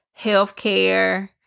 healthcare